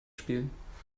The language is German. spielen